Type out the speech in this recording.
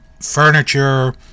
furniture